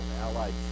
Allied